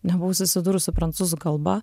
nebuvau susidūrus su prancūzų kalba